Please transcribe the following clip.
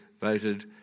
voted